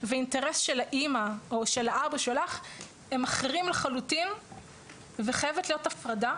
ואינטרס של האימא או של האבא שלך הם אחרים לחלוטין וחייבת להיות הפרדה